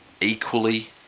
equally